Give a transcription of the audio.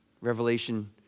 Revelation